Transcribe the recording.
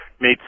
Made